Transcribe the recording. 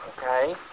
okay